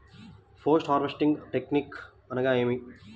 Post harvesting technique అనగా నేమి?